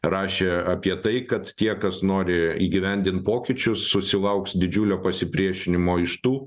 rašė apie tai kad tie kas nori įgyvendint pokyčius susilauks didžiulio pasipriešinimo iš tų